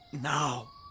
now